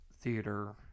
theater